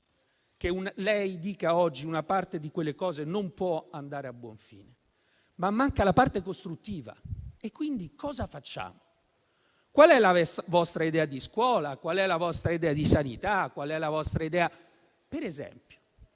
che lei dica oggi che una parte di quei progetti non può andare a buon fine, ma manca la parte costruttiva: e quindi cosa facciamo? Qual è la vostra idea di scuola? Qual è la vostra idea di sanità? Per esempio,